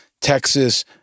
Texas